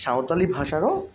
সাঁওতালি ভাষারও